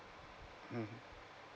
mmhmm